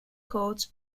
coach